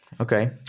Okay